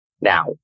now